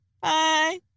Bye